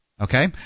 Okay